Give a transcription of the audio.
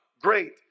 great